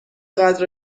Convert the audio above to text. قدر